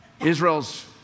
Israel's